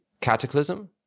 Cataclysm